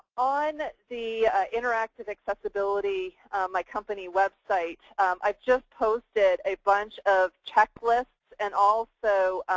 on the interactive accessibility my company website i just posted a bunch of checklists and also